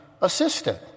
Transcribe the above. assistant